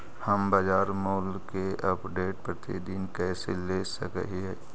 हम बाजार मूल्य के अपडेट, प्रतिदिन कैसे ले सक हिय?